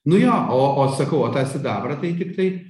nu jo o o sakau o tą sidabrą tai tiktai